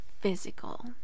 physical